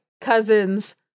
Cousin's